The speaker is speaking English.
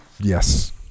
yes